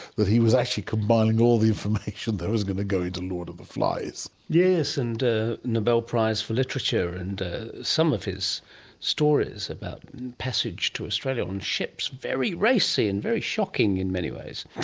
that he was actually compiling all of the information that was going to go into lord of the flies. yes, and ah nobel prize for literature, and some of his stories about passage to australia on ships, very racy and very shocking in many ways.